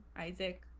Isaac